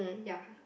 ya